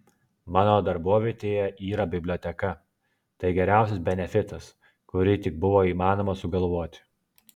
mano darbovietėje yra biblioteka tai geriausias benefitas kurį tik buvo įmanoma sugalvoti